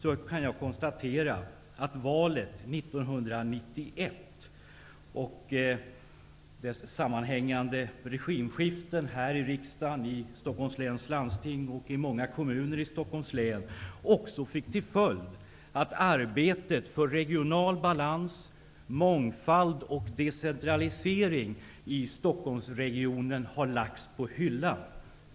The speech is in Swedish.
Till slut konstaterar jag att valet 1991 och därmed sammanhängande regimskiften här i riksdagen, i Stockholms läns landsting och i många kommuner i Stockholms län också fick till följd att arbetet för regional balans, mångfald och decentralisering i Stockholmsregionen har lagts på hyllan.